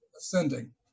ascending